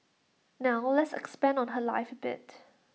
now let's expand on her life A bit